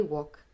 Walk